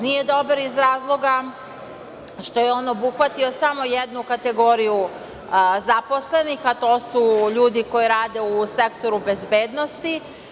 Nije dobar iz razloga što je on obuhvatio samo jednu kategoriju zaposlenih, a to su ljudi koji rade u Sektoru bezbednosti.